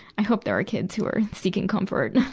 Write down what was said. i hope there are kids who are seeking comfort.